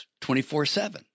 24-7